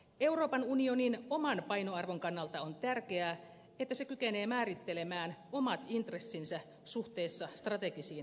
euroopan unionin oman painoarvon kannalta on tärkeää että se kykenee määrittelemään omat intressinsä suhteessa strategisiin kumppaneihin